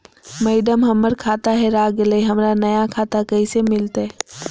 madam, हमर खाता हेरा गेलई, हमरा नया खाता कैसे मिलते